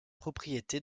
propriété